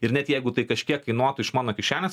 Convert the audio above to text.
ir net jeigu tai kažkiek kainuotų iš mano kišenės